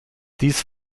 dies